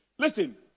Listen